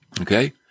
Okay